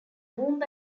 womb